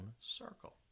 circle